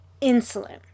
insulin